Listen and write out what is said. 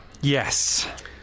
Yes